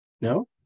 no